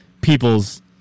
people's